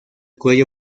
cuello